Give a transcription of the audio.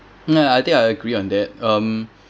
ah I think I agree on that um